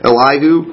Elihu